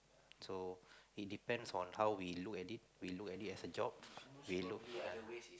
so it depends on how we look at it we look at it as a job we look at